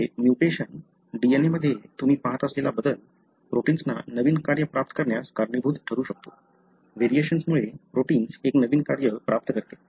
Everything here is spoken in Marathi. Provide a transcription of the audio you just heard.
येथे म्युटेशन DNA मध्ये तुम्ही पाहत असलेला बदल प्रोटिन्सना नवीन कार्य प्राप्त करण्यास कारणीभूत ठरू शकतो व्हेरिएशन्स मुळे प्रोटिन्स एक नवीन कार्य प्राप्त करते